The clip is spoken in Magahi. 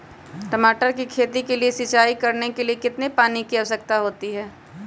टमाटर की खेती के लिए सिंचाई करने के लिए कितने पानी की आवश्यकता होती है?